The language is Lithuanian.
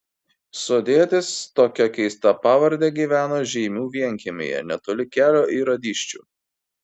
sodietis tokia keista pavarde gyveno žeimių vienkiemyje netoli kelio į radyščių